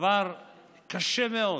דבר קשה מאוד.